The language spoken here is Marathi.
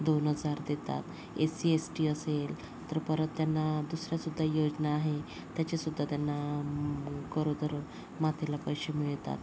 दोन हजार देतात ए सी एस टी असेल तर परत त्यांना दुसऱ्या सुद्धा योजना आहे त्याचे सुद्धा त्यांना गरोदर मातेला पैसे मिळतात